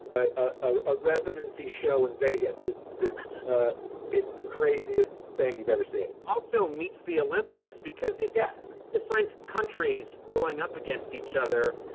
a residency show in vegas. it's, it's it's the craziest thing you've ever seen. also meets the olympics because it's yeah different countries going up against each other,